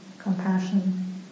compassion